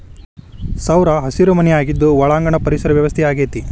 ಸೌರಹಸಿರು ಮನೆ ಆಗಿದ್ದು ಒಳಾಂಗಣ ಪರಿಸರ ವ್ಯವಸ್ಥೆ ಆಗೆತಿ